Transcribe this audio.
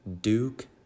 Duke